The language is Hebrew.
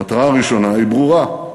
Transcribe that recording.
המטרה הראשונה היא ברורה,